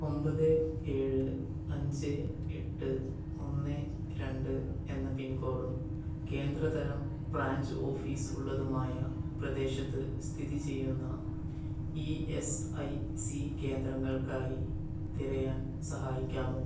ഒമ്പത് ഏഴ് അഞ്ച് എട്ട് ഒന്ന് രണ്ട് പിൻ കോഡും കേന്ദ്ര തരം ബ്രാഞ്ച് ഓഫീസ് ഉള്ളതുമായ പ്രദേശത്ത് സ്ഥിതി ചെയ്യുന്ന ഇ എസ് ഐ സി കേന്ദ്രങ്ങൾക്കായി തിരയാൻ സഹായിക്കാമോ